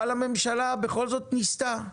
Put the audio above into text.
אבל הממשלה בכל זאת ניסתה,